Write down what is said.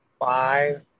Five